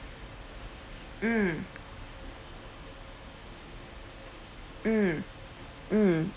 mm mm mm